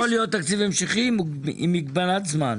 יכול להיות תקציב המשכי עם מגבלת זמן.